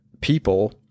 people